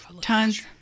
tons